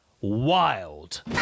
Wild